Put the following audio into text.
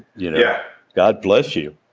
yeah god bless you.